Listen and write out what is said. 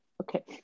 Okay